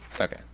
Okay